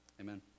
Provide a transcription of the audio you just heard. Amen